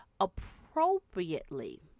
appropriately